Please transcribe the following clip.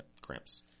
cramps